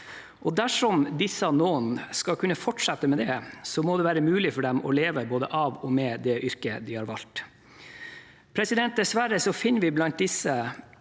Dersom disse «noen» skal kunne fortsette med det, må det være mulig for dem å leve både av og med det yrket de har valgt. Dessverre finner vi blant disse